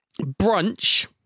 brunch